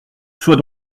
sois